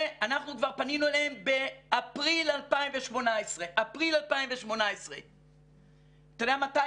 אנחנו פנינו אליהם באפריל 2018. אתה יודע מתי,